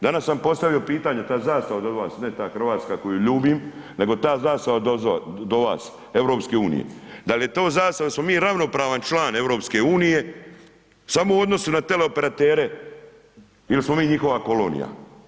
Danas sam postavio pitanje ta zastava do vas, ne ta hrvatska koju ljubim, nego ta zastava do vas EU, da li je to zastava, da li smo mi ravnopravan član EU samo u odnosu na teleoperatere ili smo mi njihova kolonija?